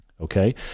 okay